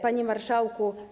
Panie Marszałku!